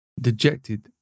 Dejected